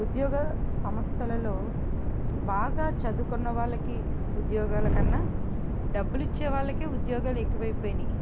ఉద్యోగ సంస్థలలో బాగా చదువుకున్న వాళ్ళకి ఉద్యోగాల కన్నా డబ్బులు ఇచ్చే వాళ్లకే ఉద్యోగాలు ఎక్కువ అయిపోయినాయి